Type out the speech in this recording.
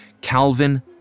Calvin